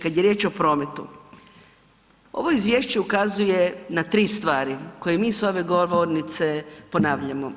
Kad je riječ o prometu ovo izvješće ukazuje na tri stvari koje mi s ove govornice ponavljamo.